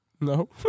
No